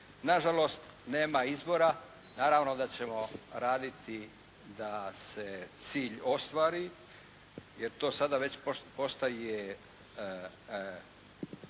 Na žalost nema izbora, naravno da ćemo raditi da se cilj ostvari jer to sada već postaje